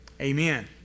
Amen